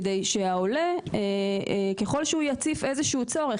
כך שהעולה יכול להציף כל צורך.